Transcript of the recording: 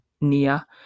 Nia